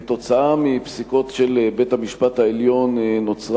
כתוצאה מפסיקות של בית-המשפט העליון נוצר